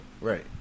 right